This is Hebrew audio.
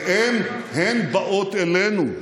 והן באות אלינו.